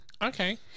Okay